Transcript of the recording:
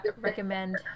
recommend